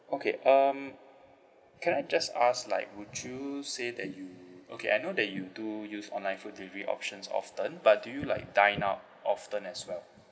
okay um can I just ask like would you say that you okay I know that you do use online food delivery options often but do you like dine out often as well